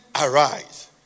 arise